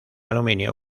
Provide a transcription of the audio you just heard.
aluminio